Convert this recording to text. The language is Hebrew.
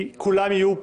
כי כולם יהיו,